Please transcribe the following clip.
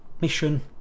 mission